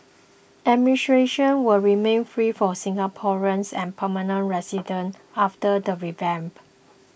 will remain free for Singaporeans and permanent residents after the revamp